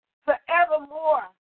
forevermore